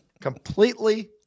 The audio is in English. completely